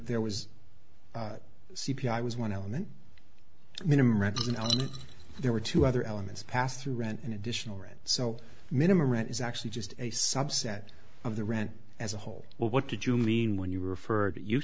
there was c p i was one element minimum rents and there were two other elements pass through rent an additional rent so minimum rent is actually just a subset of the rent as a whole well what did you mean when you refer